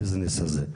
הביזנס הזה.